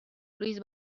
luis